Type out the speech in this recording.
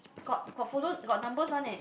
got got follow got numbers one eh